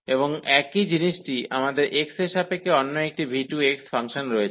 এবং একই জিনিসটি আমাদের x এর সাপেক্ষে অন্য একটি v2x ফাংশন রয়েছে